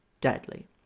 deadly